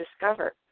discover